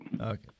Okay